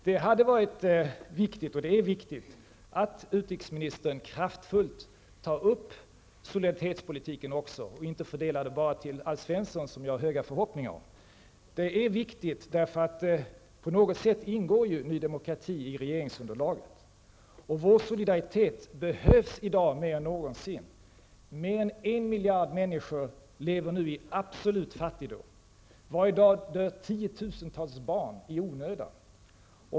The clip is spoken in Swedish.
Det hade varit viktigt och det är viktigt att utrikesministern kraftfullt tar upp även solidaritetspolitiken och inte bara fördelar det till Alf Svensson, som jag har höga förhoppningar om. Det är viktigt därför att nydemokrati ju på något sätt ingår i regeringsunderlaget. Vår solidaritet behövs i dag mer än någonsin. Mer än en miljard människor lever nu i absolut fattigdom. Varje dag dör tiotusentals barn i onödan.